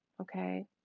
okay